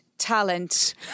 Talent